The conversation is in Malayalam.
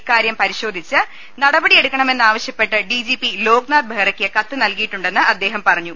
ഇക്കാര്യം പരിശോധിച്ച് നടപടിയെടുക്കമെന്നാവശ്യ പ്പെട്ട് ഡി ജി പി ലോക്നാഥ് ബെഹ്റയ്ക്കു കത്തു നല്കിയിട്ടു ണ്ടെന്ന് അദ്ദേഹം പറഞ്ഞു